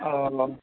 ओ